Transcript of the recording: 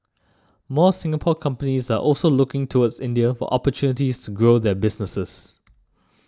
more Singapore companies are also looking towards India for opportunities to grow their businesses